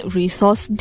resource